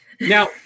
Now